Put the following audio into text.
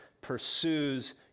pursues